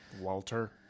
walter